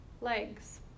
legs